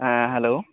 ᱦᱮᱸ ᱦᱮᱞᱳ